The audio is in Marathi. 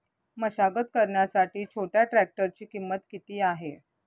मशागत करण्यासाठी छोट्या ट्रॅक्टरची किंमत किती आहे?